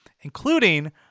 including